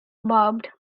barbed